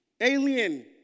alien